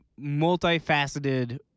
multifaceted